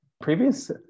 Previous